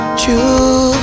true